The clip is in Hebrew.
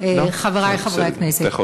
חברי חברי הכנסת,